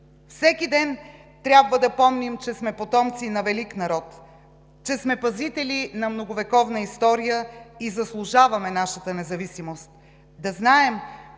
Всеки ден трябва да помним, че сме потомци на велик народ, че сме пазители на многовековна история и заслужаваме нашата независимост.